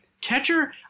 Catcher